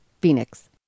Phoenix